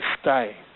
stay